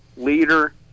leader